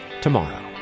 tomorrow